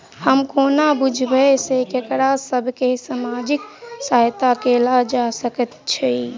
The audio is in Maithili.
हम कोना बुझबै सँ ककरा सभ केँ सामाजिक सहायता कैल जा सकैत छै?